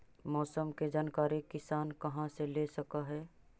मौसम के जानकारी किसान कहा से ले सकै है?